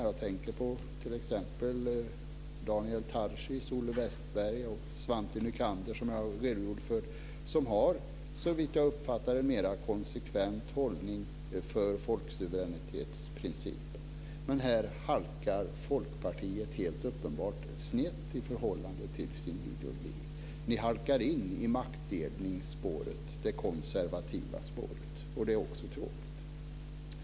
Jag tänker på t.ex. Daniel Tarschys, Olle Wästberg och Svante Nycander, vars uppfattning jag redogjorde för, som såvitt jag uppfattar det har en mera konsekvent hållning för folksuveränitetsprincipen. Men här halkar Folkpartiet helt uppenbart snett i förhållande till sin ideologi. Ni halkar in på maktdelningsspåret - det konservativa spåret - och det är också tråkigt.